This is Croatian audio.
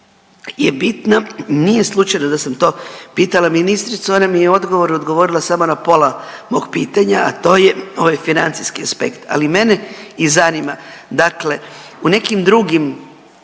je bitna. Nije slučajno da sam to pitala ministricu. Ona mi je u odgovoru odgovorila samo na pola mog pitanja a to je ovaj financijski aspekt. Ali mene i zanima dakle, u nekim drugim